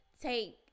take